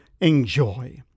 enjoy